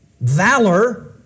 valor